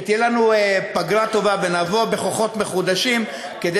שתהיה לנו פגרה טובה ונבוא בכוחות מחודשים כדי